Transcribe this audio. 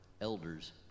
elders